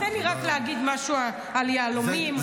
אז תן לי רק להגיד משהו על יהלומים.